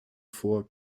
vor